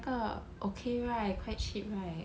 那个 okay right quite cheap right